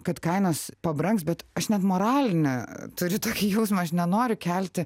kad kainos pabrangs bet aš net moralinį turi tokį jausmą aš nenoriu kelti